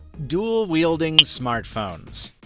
dual wielding smartphones.